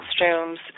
costumes